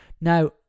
Now